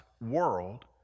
world